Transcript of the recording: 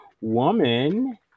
woman